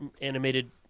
animated